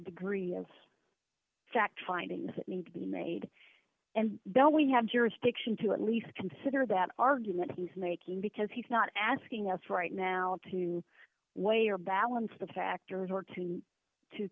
degree of fact findings that need to be made and that we have jurisdiction to at least consider that argument he's making because he's not asking us right now to weigh or balance the factors or two to